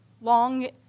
long